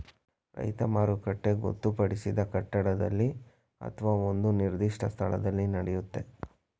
ರೈತ ಮಾರುಕಟ್ಟೆ ಗೊತ್ತುಪಡಿಸಿದ ಕಟ್ಟಡದಲ್ಲಿ ಅತ್ವ ಒಂದು ನಿರ್ದಿಷ್ಟ ಸ್ಥಳದಲ್ಲಿ ನಡೆಯುತ್ತೆ